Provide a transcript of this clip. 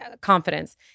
confidence